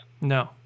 No